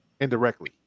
indirectly